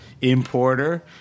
importer